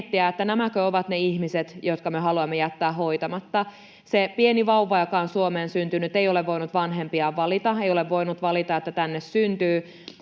miettiä, nämäkö ovat ne ihmiset, jotka me haluamme jättää hoitamatta. Se pieni vauva, joka on Suomeen syntynyt, ei ole voinut vanhempiaan valita, ei ole voinut valita, että tänne syntyy.